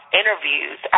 interviews